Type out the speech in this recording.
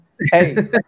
hey